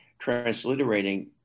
transliterating